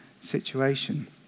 situation